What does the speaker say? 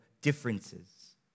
differences